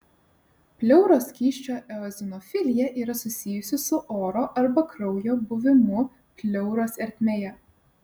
pleuros skysčio eozinofilija yra susijusi su oro arba kraujo buvimu pleuros ertmėje